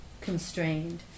constrained